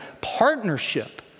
partnership